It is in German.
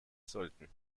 sollten